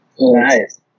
Nice